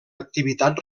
activitat